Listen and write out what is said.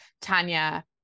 Tanya